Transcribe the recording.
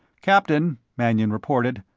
captain, mannion reported,